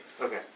Okay